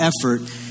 effort